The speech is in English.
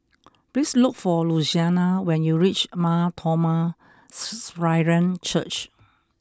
please look for Luciana when you reach Mar Thoma Syrian Church